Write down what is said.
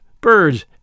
birds